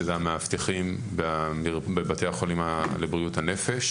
שזה המאבטחים בבתי החולים לבריאות הנפש